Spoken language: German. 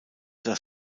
das